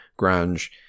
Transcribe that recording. grunge